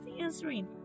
answering